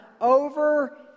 over